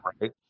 right